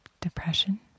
depression